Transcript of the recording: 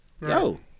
Yo